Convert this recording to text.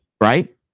right